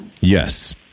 Yes